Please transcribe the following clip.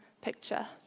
picture